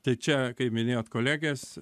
tai čia kaip minėjot kolegijas